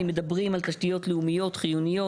אם מדברים על תשתיות לאומיות חיוניות,